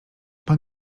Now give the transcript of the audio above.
pan